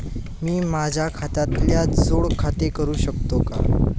मी माझ्या खात्याला जोड खाते करू शकतो का?